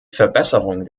verbesserung